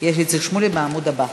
יש איציק שמולי בעמוד הבא.